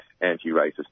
anti-racist